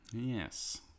Yes